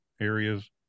areas